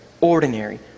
ordinary